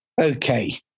Okay